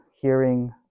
hearing